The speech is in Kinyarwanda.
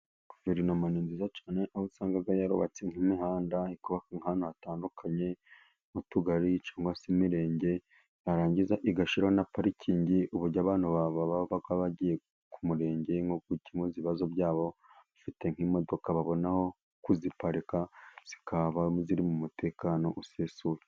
Guverinoma ni nziza cyane aho usanga yarubatse nk'imihanda nk'ahantu hatandukanye n'utugari cyangwa se imirenge. Yarangiza igashyiraho na parikingi ku buryo abantu bagiye ku murenge nko gukemuza ibibazo byabo bafite nk'imodoka babona aho kuziparika zikaba ziri mu mutekano usesuye.